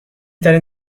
ترین